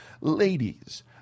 Ladies